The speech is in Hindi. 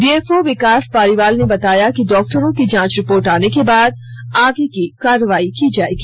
डीएफओ विकास पालीवाल ने बताया कि डॉक्टरों की जांच रिपोर्ट आने के बाद आगे कार्रवाई की जाएगी